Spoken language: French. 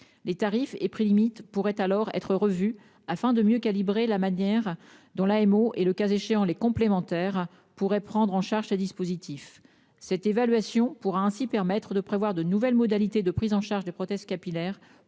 Les tarifs et prix limites pourraient alors être revus, afin de mieux calibrer la manière dont l'AMO et, le cas échéant, les complémentaires pourraient prendre en charge ces dispositifs. Cette évaluation permettra ainsi de prévoir de nouvelles modalités de prise en charge des prothèses capillaires